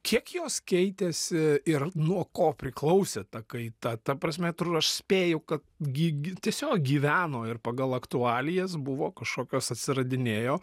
kiek jos keitėsi ir nuo ko priklausė ta kaita ta prasme aš spėju kad gy gy tiesiog gyveno ir pagal aktualijas buvo kažkokios atsiradinėjo